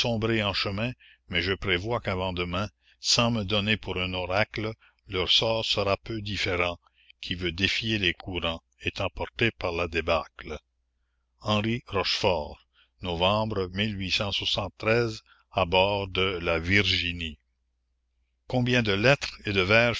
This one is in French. en chemin mais je prévois qu'avant demain sans me donner pour un oracle leur sort sera peu différent qui veut défier les courants est emporté par la débâcle à bord de la virginie combien de lettres et de vers